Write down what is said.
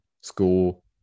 school